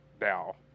now